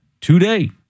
today